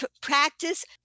practice